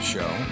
Show